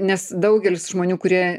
nes daugelis žmonių kurie įkrito